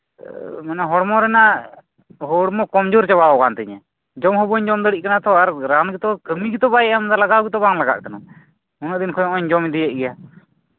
ᱦᱚᱲᱢᱚ ᱨᱮᱱᱟᱜ ᱦᱚᱲᱢᱚ ᱠᱚᱢᱡᱳᱨ ᱪᱟᱵᱟ ᱠᱟᱱ ᱛᱤᱧᱟ ᱡᱚᱢ ᱦᱚᱸ ᱵᱟᱹᱧ ᱡᱚᱢ ᱫᱟᱲᱮᱭᱟᱜ ᱠᱟᱱᱟ ᱛᱚ ᱟᱨ ᱨᱟᱱ ᱦᱚᱛᱚ ᱠᱟᱹᱢᱤ ᱜᱮᱛᱚ ᱵᱟᱭ ᱮᱢ ᱮᱫᱟ ᱞᱟᱜᱟᱣ ᱦᱚᱛᱚ ᱵᱟᱝ ᱞᱟᱜᱟᱜ ᱠᱟᱱᱟ ᱩᱱᱟᱹᱜ ᱫᱤᱱ ᱠᱷᱚᱱ ᱱᱚᱜ ᱚᱭ ᱤᱧᱤᱧ ᱡᱚᱢ ᱤᱫᱤᱭᱮᱫ ᱜᱮᱭᱟ